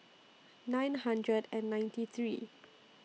nine hundred and ninety three